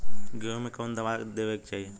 गेहूँ मे कवन दवाई देवे के चाही?